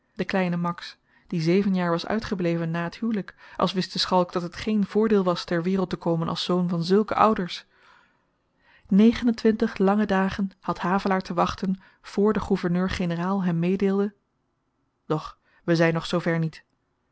de kleine max die zeven jaar was uitgebleven na t huwelyk als wist de schalk dat het geen voordeel was ter wereld te komen als zoon van zulke ouders negen en twintig lange dagen had havelaar te wachten voor de gouverneur-generaal hem meedeelde doch we zyn nog zoover niet